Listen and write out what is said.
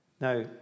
Now